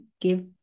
give